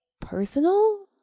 personal